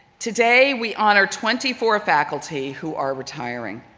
today we honor twenty four faculty who are retiring.